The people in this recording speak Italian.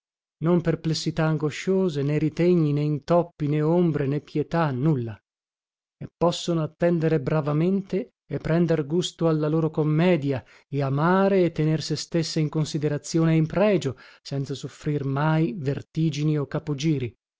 non perplessità angosciose né ritegni né intoppi né ombre né pietà nulla e possono attendere bravamente e prender gusto alla loro commedia e amare e tener se stesse in considerazione e in pregio senza soffrir mai vertigini o capogiri